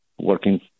working